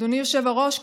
אדוני היושב-ראש,